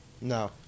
No